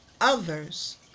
others